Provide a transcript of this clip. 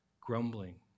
grumbling